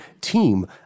team